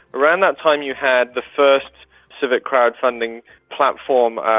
around that time you had the first civic crowd-funding platform,